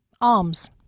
Arms